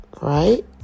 Right